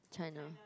China